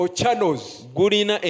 channels